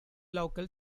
local